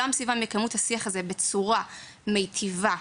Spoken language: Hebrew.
יקיימו את השיח הזה בצורה מיטיבה,